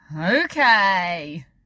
Okay